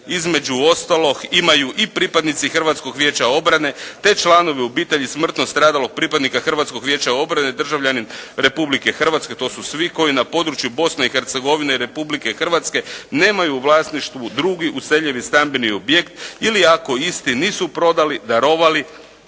između ostalog, imaju i pripadnici Hrvatskog vijeća obrane, te članovi obitelji smrtno stradalog pripadnika Hrvatskog vijeća obrane, državljanin Republike Hrvatske, to su svi koji na području Bosne i Hercegovine i Republike Hrvatske nemaju u vlasništvu drugi useljivi stambeni objekt ili ako isti nisu prodali, darovali